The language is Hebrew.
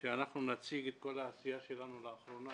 שאנחנו נציג את כל העשייה שלנו לאחרונה,